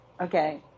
Okay